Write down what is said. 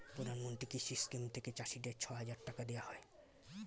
প্রধানমন্ত্রী কৃষি স্কিম থেকে চাষীদের ছয় হাজার টাকা দেওয়া হয়